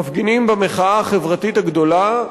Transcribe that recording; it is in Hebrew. מפגינים במחאה החברתית הגדולה,